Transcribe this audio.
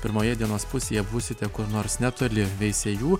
pirmoje dienos pusėje būsite kur nors netoli veisiejų